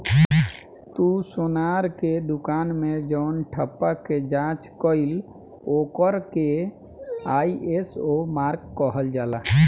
तू सोनार के दुकान मे जवन ठप्पा के जाँच कईल ओकर के आई.एस.ओ मार्क कहल जाला